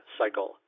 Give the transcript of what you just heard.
cycle